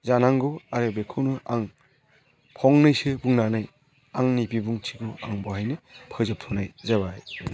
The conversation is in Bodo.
जानांगौ आरो बेखौनो आं फंनैसो बुंनानै आंनि बिबुंथिखौ आं बेवहायनो फोजोबथ'नाय जाबाय